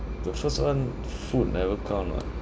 the first one food never count [what]